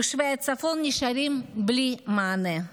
תושבי הצפון נשארים בלי מענה.